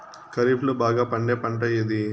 ఖరీఫ్ లో బాగా పండే పంట ఏది?